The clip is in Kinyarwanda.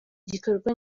igikorwa